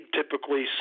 typically